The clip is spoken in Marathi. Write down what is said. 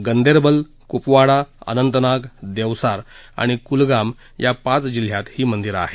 गंदेरबल कुपवाडा अनंतनाग देवसार आणि कुलगाम या पाच जिल्ह्यात ही मंदीरं आहेत